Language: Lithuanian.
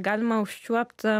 galima užčiuopti